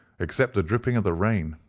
except the dripping of the rain.